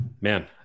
man